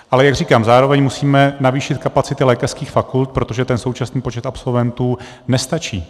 Ale jak říkám, zároveň musíme navýšit kapacity lékařských fakult, protože ten současný počet absolventů nestačí.